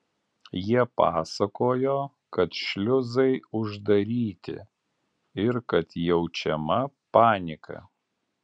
jie pasakojo kad šliuzai uždaryti ir kad jaučiama panika